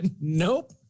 Nope